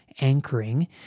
anchoring